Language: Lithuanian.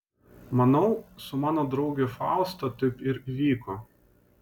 manau su mano drauge fausta taip ir įvyko